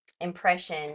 impression